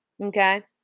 okay